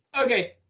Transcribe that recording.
okay